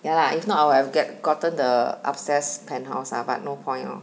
ya lah if not I'll have get gotten the upstairs penthouse lah but no point 了